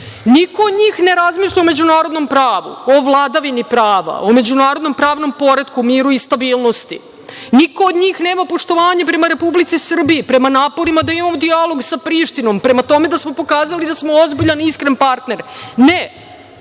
Niko od njih ne razmišlja o međunarodnom pravu, o vladavini prava, o međunarodnom pravnom poretku, miru i stabilnosti. Niko od njih nema poštovanja prema Republici Srbiji, prema naporima da imamo dijalog sa Prištinom, prema tome da smo pokazali da smo ozbiljan, iskren partner. Ne.